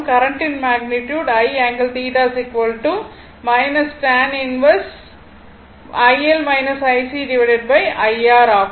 கரண்ட்டின் magnitude I ∠θ ஆகும்